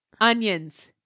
Onions